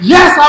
Yes